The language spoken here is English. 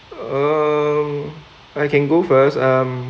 um I can go first um